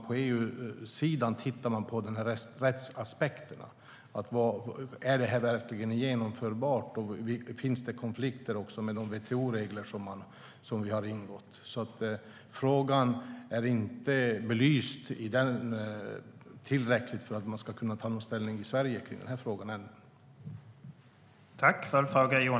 På EU-sidan tittar man på rättsaspekterna - är detta verkligen genomförbart, och finns det konflikter med de WTO-regler vi har godkänt? Frågan är alltså inte tillräckligt belyst för att man i Sverige ska kunna ta ställning till den än.